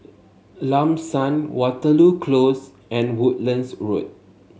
Lam San Waterloo Close and Woodlands Road